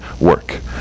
work